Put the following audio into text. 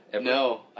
No